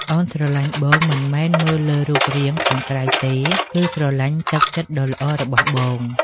អូនស្រឡាញ់បងមិនមែនមើលលើរូបរាងខាងក្រៅទេ គឺស្រឡាញ់ទឹកចិត្តដ៏ល្អរបស់បង។